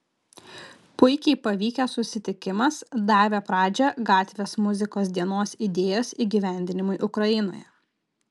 puikiai pavykęs susitikimas davė pradžią gatvės muzikos dienos idėjos įgyvendinimui ukrainoje